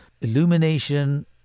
Illumination